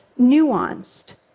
nuanced